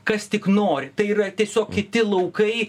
kas tik nori tai yra tiesiog kiti laukai